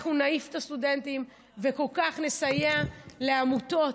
אנחנו נעיף את הסטודנטים וכך נסייע לעמותות,